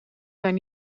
zijn